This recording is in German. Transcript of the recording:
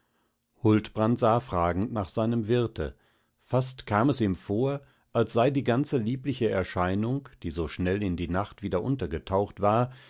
huldbrand sah fragend nach seinem wirte fast kam es ihm vor als sei die ganze liebliche erscheinung die so schnell in die nacht wieder untergetaucht war